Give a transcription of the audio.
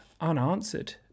unanswered